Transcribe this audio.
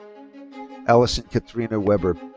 allyson katarina weber.